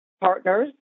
partners